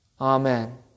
Amen